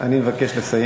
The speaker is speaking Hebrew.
ניסינו